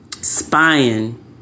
spying